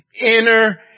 Inner